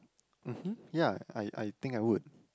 mmhmm ya I I think I would